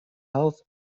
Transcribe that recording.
health